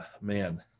man